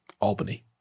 Albany